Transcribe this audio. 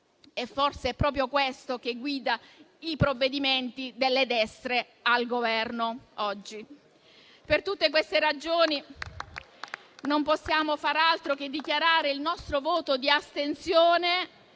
forse è proprio questo che guida i provvedimenti delle destre al Governo oggi. Per tutte queste ragioni, non possiamo far altro che dichiarare il nostro voto di astensione